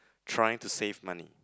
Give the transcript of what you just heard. trying to save money